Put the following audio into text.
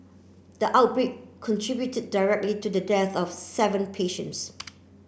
the outbreak contributed directly to the death of seven patients